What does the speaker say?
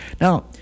Now